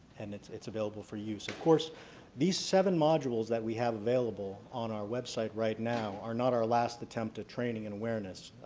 and it's it's available for use. of course these seven modules that we have available on our website right now are not our last attempt at training and awareness.